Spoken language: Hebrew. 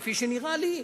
וכפי שנראה לי,